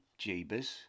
Jeebus